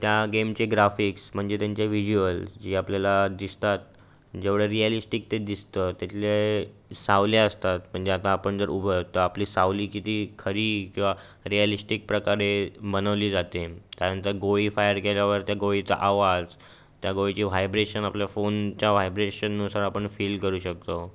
त्या गेमचे ग्राफिक्स म्हणजे त्यांचे विज्यूवल्स जी आपल्याला दिसतात जेवढ्या रिॲलिष्टीक ते दिसतं तिथल्या सावल्या असतात म्हणजे आता आपण जर उभं आहोत तर आपली सावली किती खरी किंवा रिॲलिष्टीक प्रकारे बनवली जाते कारण का गोळी फायर केल्यावर त्या गोळीचा आवाज त्या गोळीची व्हायब्रेशन आपल्या फोनच्या व्हायब्रेशननुसार आपण फील करू शकतो